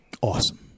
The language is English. Awesome